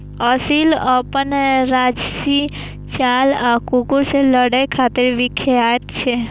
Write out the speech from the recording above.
असील अपन राजशी चाल आ कुकुर सं लड़ै खातिर विख्यात छै